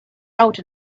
out